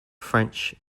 french